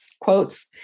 quotes